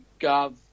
Gov